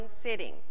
sitting